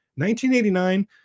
1989